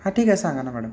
हा ठीक आहे सांगा ना मॅडम